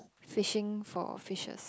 fishing for fishes